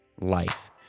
life